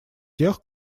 тех